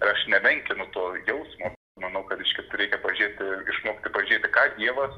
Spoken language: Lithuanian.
aš nemenkinu to jausmo manau kad iš tiesų reikia pažiūrėti išmokti pažiūrėti ką dievas